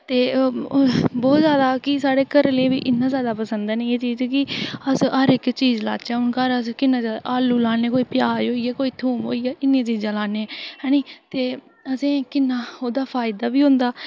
ते प्ही बहुत जादा साढ़े घरै आह्लें गी बी इन्ना जादा पसंद ऐ निं एह् चीज़ कि अस हर इक्क चीज़ लाचै हून अस घर आलू होइया प्याज होइया कोई थूम होइया किन्नियां चीज़ां लान्ने ऐ नी ते असेंगी किन्ना ओह्दा फायदा बी होंदा